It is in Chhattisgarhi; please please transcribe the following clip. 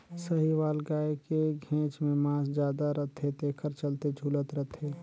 साहीवाल गाय के घेंच में मांस जादा रथे तेखर चलते झूलत रथे